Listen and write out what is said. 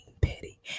pity